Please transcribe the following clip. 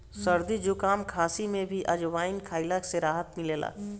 सरदी जुकाम, खासी में भी अजवाईन के खइला से राहत मिलेला